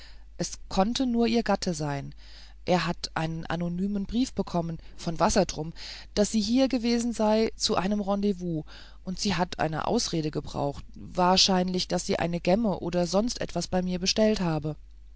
es kann nur ihr gatte sein er hat einen anonymen brief bekommen von wassertrum daß sie hier gewesen sei zu einem rendezvous und sie hat eine ausrede gebraucht wahrscheinlich daß sie eine gemme oder sonst etwas bei mir bestellt habe